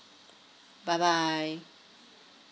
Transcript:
bye bye